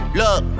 look